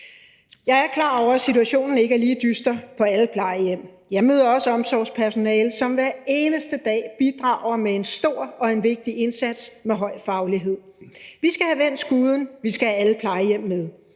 Jeg er klar over, at situationen ikke er lige dyster på alle plejehjem. Jeg møder også omsorgspersonale, som hver eneste dag bidrager med en stor og vigtig indsats med høj faglighed. Vi skal have vendt skuden, vi skal have alle plejehjem med,